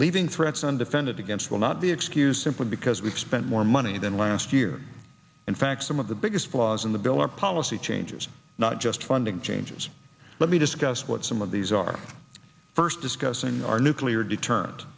leaving threats undefended against will not be excused simply because we've spent more money than last year in fact some of the biggest flaws in the bill are policy changes not just funding changes let me discuss what some of these are first discuss saying our nuclear deterrent